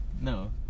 No